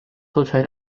hotel